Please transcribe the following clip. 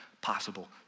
possible